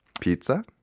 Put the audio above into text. Pizza